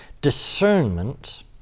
discernment